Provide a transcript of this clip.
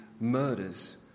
murders